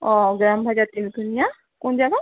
অঁ গ্ৰাম বজাৰ তিনিকুনিয়া কোন জেগাৰ